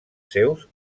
seus